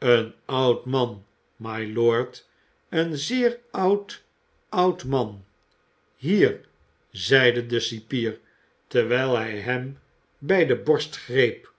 een oud man mylord een zeer oud oud man hier zeide de cipier terwijl hij hem bij de borst greep